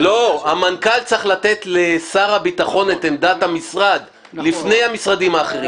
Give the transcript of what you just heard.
המנכ"ל צריך לתת לשר הביטחון את עמדת המשרד לפני המשרדים האחרים?